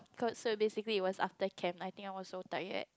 cause so basically it was after camp I think I was so tired